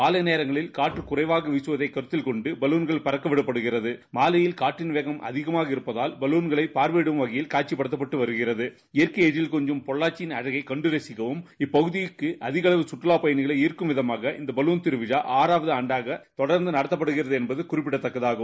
காலை நேரங்களில் காற்று குறைவாக வீசுவதைக் குந்தில் கொண்டு பலூன்கள் பறக்க விடப்படுகிறது மாலையில் காற்றின் வேகம் அதிகமாக இருப்பகால் பலான்களை பார்வையிடும் வகையில் காட்சிப்படுத்தப்பட்டு வருகிறது இயற்கை எழில் கொஞ்சும் பொள்ளாச்சி நகரை கண்டு ரசிக்கும் இப்பகுதிக்கு அதிகளவில் கற்றுலா பயணிகளை ஈரக்கும் விதமாக இந்த பலூன் திருவிழா ஆறாவது ஆண்டாக தொடர்ந்து நடத்தப்படுகிறது என்பது குறிப்பிடத்தக்கதாகும்